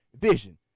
vision